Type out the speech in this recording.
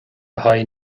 haghaidh